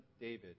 David